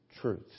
truth